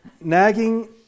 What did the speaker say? Nagging